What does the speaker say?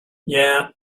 yeah